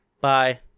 Bye